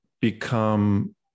become